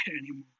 anymore